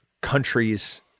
countries